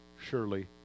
surely